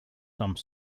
some